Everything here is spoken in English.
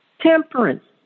Temperance